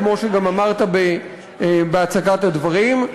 כמו שגם אמרת בהצגת הדברים,